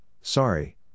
sorry